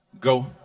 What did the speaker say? Go